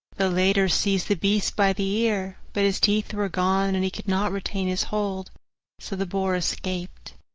the latter seized the beast by the ear, but his teeth were gone and he could not retain his hold so the boar escaped.